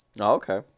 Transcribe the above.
Okay